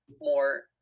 more